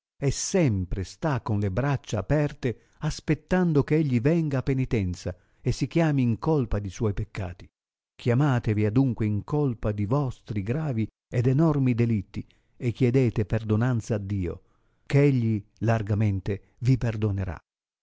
e sempre sta con le braccia aperte aspettando che egli venga a penitenza e si chiami in colpa di suoi peccati chiamatevi adunque in colpa di vostri gravi ed enormi delitti e chiedete perdonanza a dio ch'egli largamente vi perdonerà